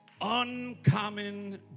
Uncommon